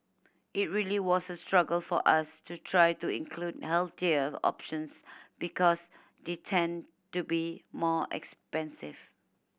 it really was a struggle for us to try to include healthier options because they tend to be more expensive